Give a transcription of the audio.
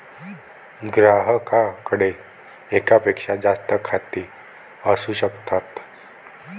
ग्राहकाकडे एकापेक्षा जास्त खाती असू शकतात